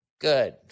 good